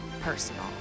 personal